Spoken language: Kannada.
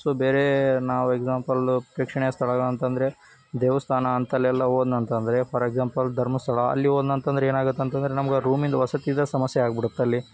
ಸೊ ಬೇರೆ ನಾವು ಎಕ್ಸಾಂಪಲ್ಲ ಪ್ರೇಕ್ಷಣೀಯ ಸ್ಥಳಗಳು ಅಂತ ಅಂದ್ರೆ ದೇವಸ್ಥಾನ ಅಂತಲ್ಲೆಲ್ಲ ಹೋದ್ನಂತಂದ್ರೆ ಫಾರ್ ಎಕ್ಸಾಂಪಲ್ ಧರ್ಮಸ್ಥಳ ಅಲ್ಲಿ ಹೋದ್ನಂತಂದ್ರೆ ಏನಾಗುತ್ತೆ ಅಂತ ಅಂದ್ರೆ ನಮ್ಗೆ ಆ ರೂಮಿಂದ ವಸತಿದ ಸಮಸ್ಯೆ ಆಗ್ಬಿಡುತ್ತೆ ಅಲ್ಲಿ